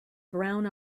brown